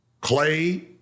Clay